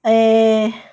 err